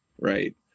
right